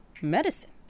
Medicine